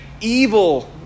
evil